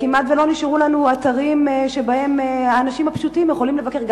כמעט לא נשארו לנו אתרים שבהם האנשים הפשוטים יכולים לבקר,